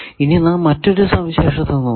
ഇനി നാം മറ്റൊരു സവിശേഷത നോക്കുന്നു